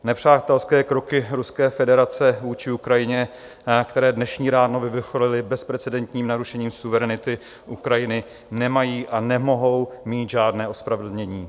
Nepřátelské kroky Ruské federace vůči Ukrajině, které dnešní ráno vyvrcholily bezprecedentním narušením suverenity Ukrajiny, nemají a nemohou mít žádné ospravedlnění.